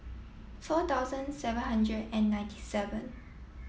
four thousand seven hundred and ninety seven